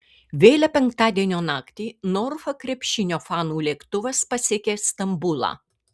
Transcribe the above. vėlią penktadienio naktį norfa krepšinio fanų lėktuvas pasiekė stambulą